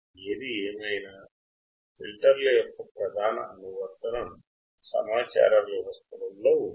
ఏది ఏమైనా ఫిల్టర్ల యొక్క ప్రధాన అనువర్తనం సమాచార వ్యవస్థలలో ఉంది